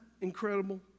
incredible